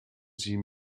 sie